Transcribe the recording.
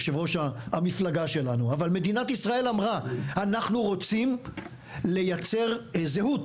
יושב-ראש המפלגה שלנו מדינת ישראל אמרה: אנחנו רוצים לייצר זהות,